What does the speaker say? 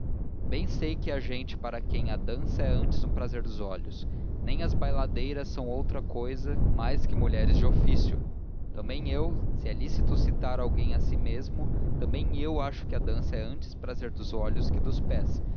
bem sei que há gente para quem a dança é antes um prazer dos olhos nem as bailadeiras são outra cousa mais que mulheres de ofício também eu se é lícito citar alguém a si mesmo também eu acho que a dança é antes prazer dos olhos que dos pés